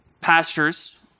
pastors